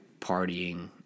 partying